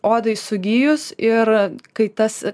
odai sugijus ir kai tas